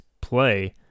play